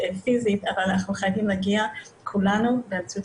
אנחנו חייבים להגיע אליהם באמצעות